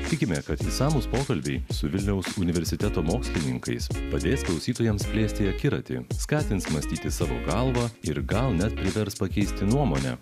tikime kad išsamūs pokalbiai su vilniaus universiteto mokslininkais padės klausytojams plėsti akiratį skatins mąstyti savo galva ir gal net privers pakeisti nuomonę